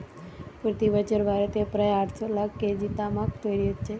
প্রতি বছর ভারতে প্রায় আটশ লাখ কেজি তামাক তৈরি হচ্ছে